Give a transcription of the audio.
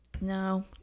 No